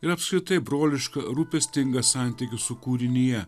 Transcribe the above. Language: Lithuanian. ir apskritai brolišką rūpestingą santykį su kūrinija